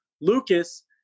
lucas